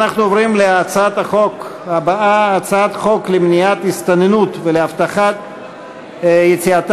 אנחנו עוברים להצעת החוק הבאה: הצעת חוק למניעת הסתננות ולהבטחת יציאתם